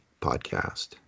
podcast